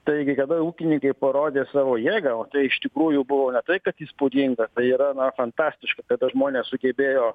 taigi kada ūkininkai parodė savo jėgą o tai iš tikrųjų buvo ne tai kad įspūdinga tai yra na fantastiška kada žmonės sugebėjo